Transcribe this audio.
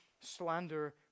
slander